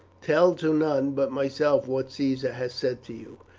tell to none but myself what caesar has said to you.